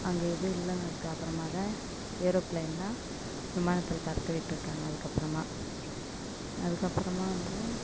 அங்கே ஏதும் இல்லைனதுக்கப்பறமாதான் ஏரோபிளேன்லாம் விமானத்தில் பறக்க விட்டுருக்காங்க அதுக்கப்புறமா அதுக்கப்புறமா வந்து